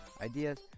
ideas